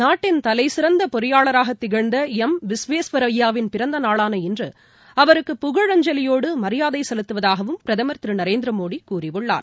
நாட்டின் தலைசிறந்த பொறியாளராக திகழ்ந்த எம் விஸ்வேஸ்வரய்யாவின் பிறந்தநாளான இன்று அவருக்கு புகழஞ்சலியோடு மரியாதை செலுத்துவதாகவும் பிரதமர் நரேந்திரமோடி கூறியுள்ளார்